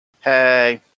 Hey